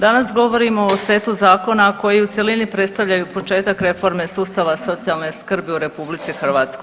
Danas govorimo o setu zakona koji u cjelini predstavljaju početak reforme sustava socijalne skrbi u RH.